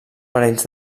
parells